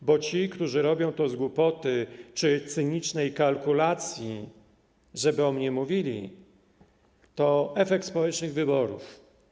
Bo jeżeli chodzi o tych, którzy robią to z głupoty czy cynicznej kalkulacji: żeby o mnie mówili, to efekt społecznych wyborów.